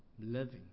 living